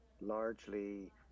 largely